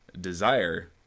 desire